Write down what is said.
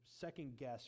second-guess